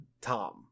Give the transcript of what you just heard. Tom